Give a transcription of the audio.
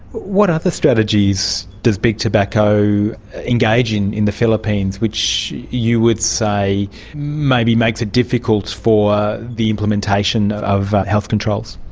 what other strategies does big tobacco engage in in the philippines which you would say maybe makes it difficult for the implementation of health controls?